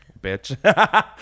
bitch